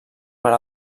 per